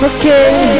Okay